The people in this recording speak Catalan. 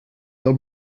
del